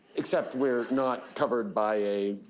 except we're not covered by a,